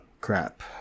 crap